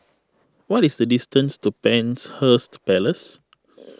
what is the distance to Penshurst Place